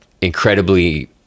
incredibly